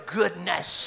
goodness